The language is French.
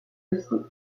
aussi